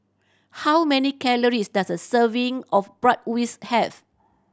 how many calories does a serving of Bratwurst have